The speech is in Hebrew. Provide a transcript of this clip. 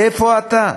איפה אתה?